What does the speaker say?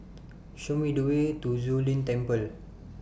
Show Me The Way to Zu Lin Temple